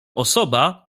osoba